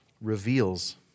reveals